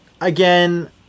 Again